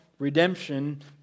redemption